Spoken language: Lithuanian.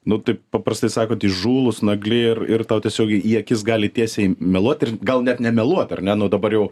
nu taip paprastai sakant įžūlūs nagli ir ir tau tiesiogiai į akis gali tiesiai meluot ir gal net nemeluot ar ne nu dabar jau